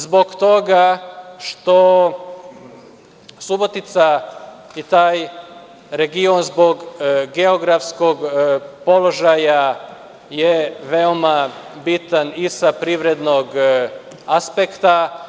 Zbog toga što su Subotica i taj region, zbog geografskog položaja, veoma bitni i sa privrednog aspekta.